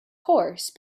horse